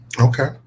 okay